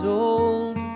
old